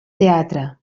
teatre